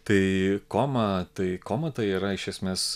tai koma tai koma tai yra iš esmės